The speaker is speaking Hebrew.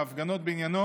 ההפגנות בעניינו